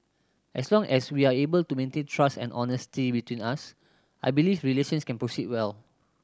as long as we are able to maintain trust and honesty between us I believe relations can proceed well